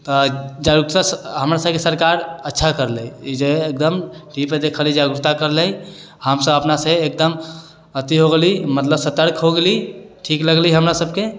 तऽ जागरूकता हमरा सबके सरकार अच्छा करिलै ई जे हइ एकदम टी वी पर देखेलए जागरूकता करिलै हमसब अपनासँ एकदम अथी हो गेली मतलब सतर्क हो गेली ठीक लगलै हमरा सबके